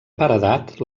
paredat